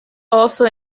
also